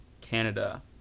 Canada